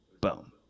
boom